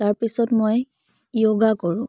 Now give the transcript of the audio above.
তাৰপিছত মই য়োগা কৰোঁ